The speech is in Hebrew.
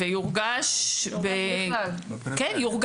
יורגש בכלל.